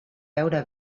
beure